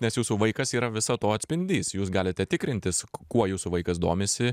nes jūsų vaikas yra visa to atspindys jūs galite tikrintis kuo jūsų vaikas domisi